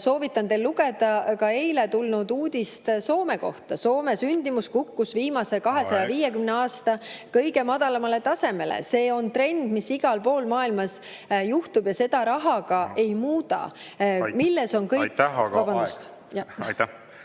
soovitan teil lugeda ka eile tulnud uudist Soome kohta. Soome sündimus kukkus viimase 250 … Aeg! … aasta kõige madalamale tasemele. See on trend, mis igal pool maailmas juhtub, ja seda rahaga ei muuda. Milles on kõik … Aitäh,